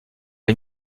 les